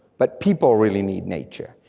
but people really need nature.